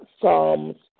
Psalms